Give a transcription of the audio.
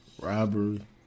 Robbery